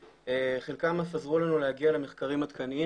חלקם אף עזרו לנו להגיע למחקרים עדכניים